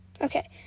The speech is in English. Okay